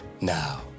now